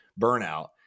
burnout